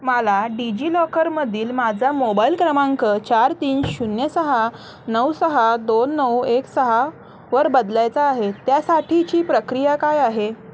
मला डिजि लॉकरमधील माझा मोबाईल क्रमांक चार तीन शून्य सहा नऊ सहा दोन नऊ एक सहा वर बदलायचा आहे त्यासाठीची प्रक्रिया काय आहे